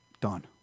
Done